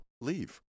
leave